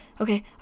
Okay